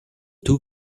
two